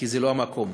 כי לא זה המקום,